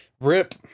Rip